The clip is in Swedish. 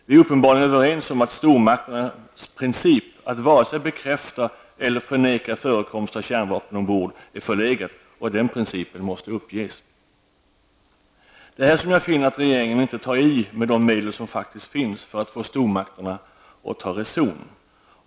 Vi är uppenbarligen överens om att stormakternas princip att varken bekräfta eller förneka förekomst av kärnvapen ombord är förlegad och att den principen måste uppges. Det är här som jag finner att regeringen inte tar i med de medel som faktiskt finns för att få stormakterna att ta reson.